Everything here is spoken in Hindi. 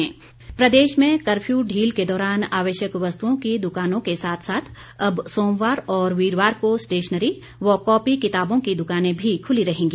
दुकानें प्रदेश में कर्फ्यू ढील के दौरान आवश्यक वस्तुओं की दुकानों के साथ साथ अब सोमवार और वीरवार को स्टेशनरी व कॉपी किताबों की दुकानें भी खुली रहेंगी